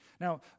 Now